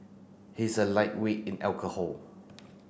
he is a lightweight in alcohol